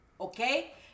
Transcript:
okay